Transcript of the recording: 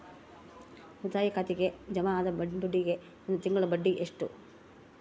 ಉಳಿತಾಯ ಖಾತೆಗೆ ಜಮಾ ಆದ ದುಡ್ಡಿಗೆ ಒಂದು ತಿಂಗಳ ಬಡ್ಡಿ ಎಷ್ಟು?